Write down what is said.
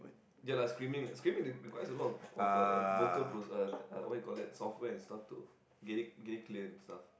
ya lah screaming screaming requires a lot of of uh vocals pros~ uh uh what you call that software and stuff too get it get it clear and stuff